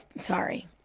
Sorry